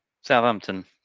Southampton